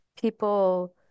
people